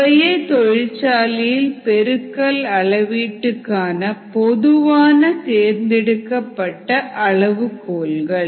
இவையே தொழிற்சாலையில் பெருக்கல் அளவீட்டுக்கான பொதுவாக தேர்ந்தெடுக்கப்பட்ட அளவுகோல்கள்